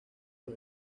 los